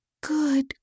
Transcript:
Good